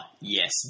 yes